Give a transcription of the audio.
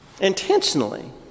intentionally